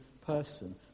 person